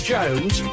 Jones